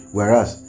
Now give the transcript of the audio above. Whereas